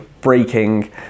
breaking